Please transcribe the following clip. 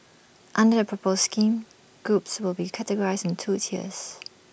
under the proposed scheme groups will be categorised into two tiers